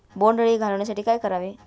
बोंडअळी घालवण्यासाठी काय करावे?